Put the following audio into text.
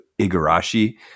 Igarashi